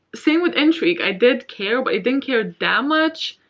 same with intrigue i did care, but i didn't care that much.